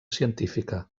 científica